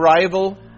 arrival